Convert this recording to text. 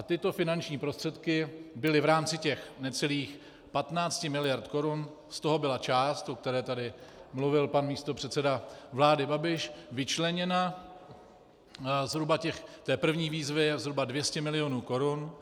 Tyto finanční prostředky byly v rámci těch necelých 15 miliard korun, z toho byla část, o které tady mluvil pan místopředseda vlády Babiš, vyčleněna, v té první výzvě zhruba 200 milionů korun.